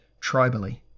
tribally